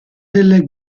delle